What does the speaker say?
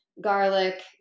garlic